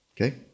Okay